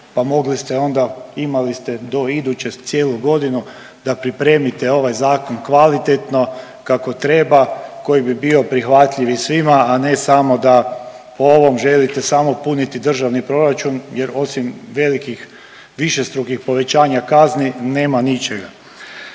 pa mogli ste onda, imali ste do iduće cijelu godinu da pripremite ovaj Zakon kvalitetno, kako treba, koji bi bio prihvatljiv i svima, a ne samo da po ovom želite samo puniti državni proračun jer osim velikih višestrukih povećanja kazni, nema ničega.